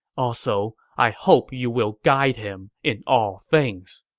also, i hope you will guide him in all things.